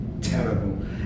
terrible